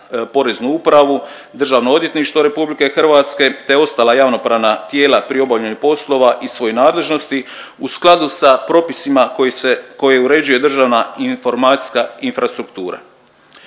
Poreznu upravu, Državno odvjetništvo RH te ostala javnopravna tijela pri obavljanju poslova iz svoje nadležnosti u skladu sa propisima koji se, koje uređuje državna informacijska infrastruktura.